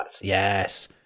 Yes